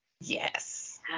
Yes